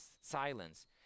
silence